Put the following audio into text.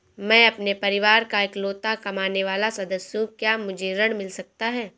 मैं अपने परिवार का इकलौता कमाने वाला सदस्य हूँ क्या मुझे ऋण मिल सकता है?